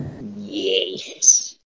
Yes